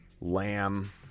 Lamb